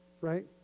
right